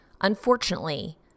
Unfortunately